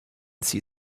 see